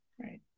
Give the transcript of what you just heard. Right